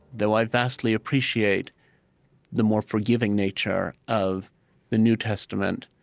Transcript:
though i vastly appreciate the more forgiving nature of the new testament.